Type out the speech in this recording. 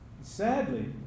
sadly